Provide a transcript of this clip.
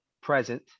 present